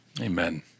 Amen